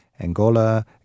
Angola